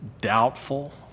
doubtful